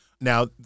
now